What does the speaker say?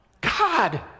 God